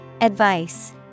Advice